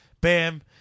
Bam